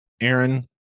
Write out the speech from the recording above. Aaron